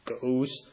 goes